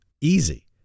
easy